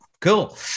Cool